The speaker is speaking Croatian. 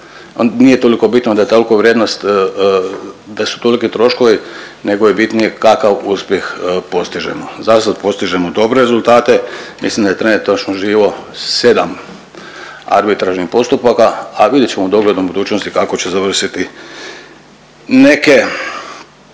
nije toliko bitno da je tolika vrijednost, da su toliki troškovi nego je bitnije kakav uspjeh postiženo, zasad postižemo dobre rezultate, mislim da je trenutačno živo 7 arbitražnih postupaka, a vidit ćemo u doglednoj budućnosti kako će završiti neke